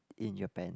in Japan